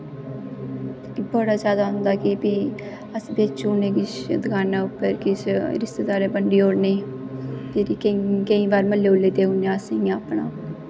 बड़ा जैदा अम्ब लगदा अस बेची ओड़ने किश दकानें पर किश रिश्तेदारें दै बंडी ओड़ने होर केईं बारी म्हल्लै च बी देई ओड़ने अस अपने